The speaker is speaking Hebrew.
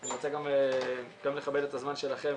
אני רוצה לכבד גם את הזמן שלכם,